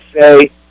say